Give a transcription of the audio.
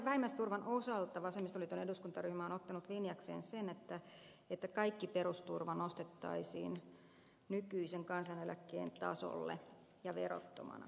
vähimmäisturvan osalta vasemmistoliiton eduskuntaryhmä on ottanut linjakseen sen että kaikki perusturva nostettaisiin nykyisen kansaneläkkeen tasolle ja verottomana